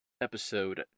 episode